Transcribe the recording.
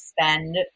spend